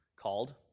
called